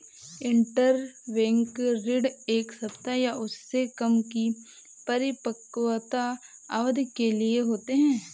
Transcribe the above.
interbank ऋण एक सप्ताह या उससे कम की परिपक्वता अवधि के लिए होते हैं